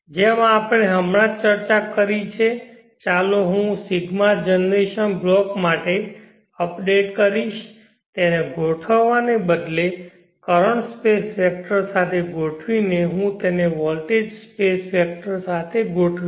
જેમ આપણે હમણાં જ ચર્ચા કરી છે ચાલો હું 𝜌 જનરેશન બ્લોક માટે અપડેટ કરીશ તેને ગોઠવવાને બદલે કરંટ સ્પેસ વેક્ટર સાથે ગોઠવીને હું તેને વોલ્ટેજ સ્પેસ વેક્ટર સાથે ગોઠવીશ